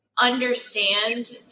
understand